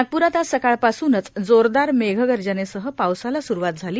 नागप्रात आज सकाळपासूनच जोरदार मेघगर्जनेसह पावसाला सुरूवात झाली